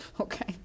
Okay